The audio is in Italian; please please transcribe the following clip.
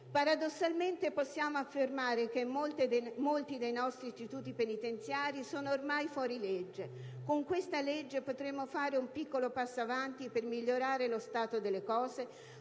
Paradossalmente possiamo affermare che molti dei nostri istituti penitenziari sono ormai fuori legge. Con questa legge potremo fare un piccolo passo avanti per migliorare lo stato delle cose,